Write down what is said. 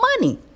money